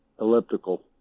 elliptical